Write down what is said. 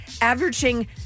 averaging